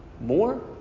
more